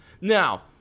Now